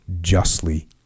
justly